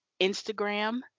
Instagram